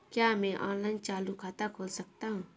क्या मैं ऑनलाइन चालू खाता खोल सकता हूँ?